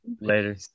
later